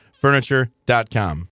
furniture.com